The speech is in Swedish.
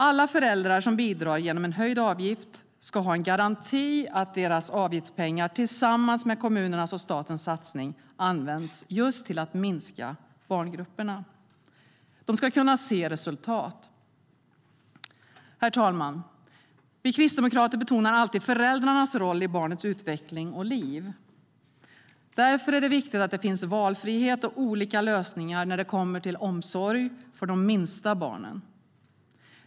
Alla föräldrar som bidrar genom en höjd avgift ska ha en garanti att deras avgiftspengar, tillsammans med kommunernas och statens satsning, används just till att minska barngrupperna. De ska kunna se resultat. Herr talman! Vi kristdemokrater betonar alltid föräldrarnas roll i barnets utveckling och liv. Därför är det viktigt att det finns valfrihet och olika lösningar när det kommer till omsorg för de minsta barnen.